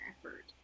effort